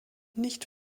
nicht